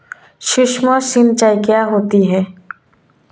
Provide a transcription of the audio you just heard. सुक्ष्म सिंचाई क्या होती है?